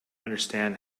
understand